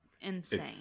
Insane